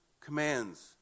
commands